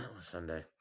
Sunday